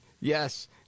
Yes